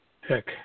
heck